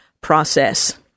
process